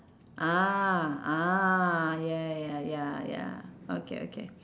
ah ah ya ya ya ya okay okay